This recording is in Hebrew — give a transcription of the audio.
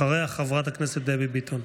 אחריו, חברת הכנסת דבי ביטון.